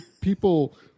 people